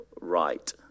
right